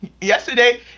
yesterday